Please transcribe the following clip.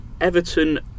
Everton